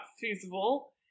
feasible